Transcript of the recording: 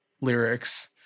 lyrics